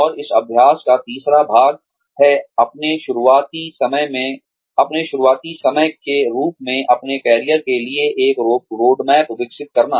और इस अभ्यास का तीसरा भाग है अपने शुरुआती समय के रूप में अपने कैरियर के लिए एक रोडमैप विकसित करना